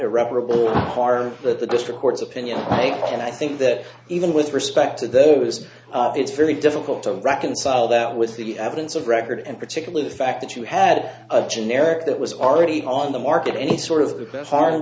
irreparable harm that the district court's opinion and i think that even with respect to those it's very difficult to reconcile that with the evidence of record and particularly the fact that you had a generic that was already on the market any sort of harm